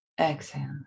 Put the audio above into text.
exhale